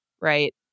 right